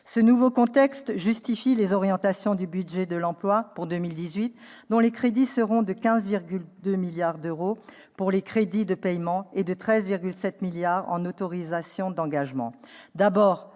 Ce nouveau contexte justifie les orientations du budget de l'emploi pour 2018 dont les crédits seront de 15,2 milliards d'euros en crédits de paiement, et de 13,7 milliards d'euros en autorisations d'engagement. Il